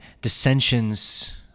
dissensions